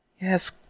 Yes